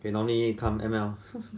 K normally you come M_L